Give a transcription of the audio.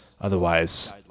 otherwise